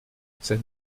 cette